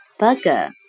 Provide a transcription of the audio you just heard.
bugger